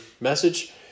message